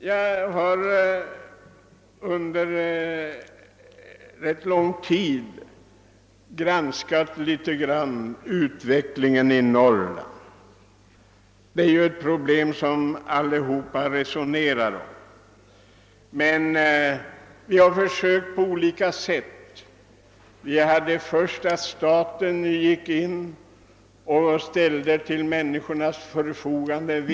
Jag har under rätt lång tid följt utvecklingen i norr, och det är en sak som vi allesammans resonerar om. Vi har på olika sätt försökt komma till rätta med problemet. Först gick staten in och ställde nyttigheten till människornas förfogande.